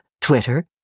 Twitter